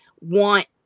want